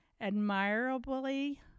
admirably